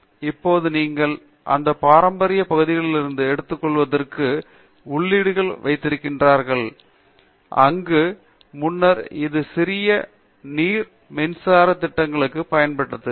இப்போது நீங்கள் அந்த பாரம்பரிய பகுதிகளிலிருந்து எடுத்துக்கொள்வதற்கு உள்ளீடுகளை வைத்திருக்கின்றீர்கள் அங்கு முன்னர் இது சிறிய நீர்மின்சார திட்டங்களுக்கு பயன்பட்டது